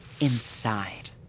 inside